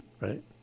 right